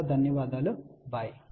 చాలా ధన్యవాదాలు బై